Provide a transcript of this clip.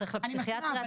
צריך לפסיכיאטריה,